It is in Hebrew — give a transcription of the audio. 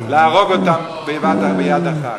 להרוג אותם ביד אחת.